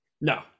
no